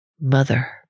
mother